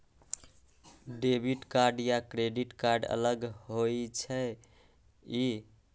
Debit card या credit card अलग होईछ ई?